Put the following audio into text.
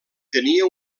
tenia